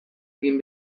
egin